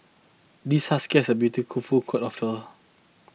this husky has a beautiful coat of fur